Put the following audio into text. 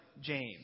James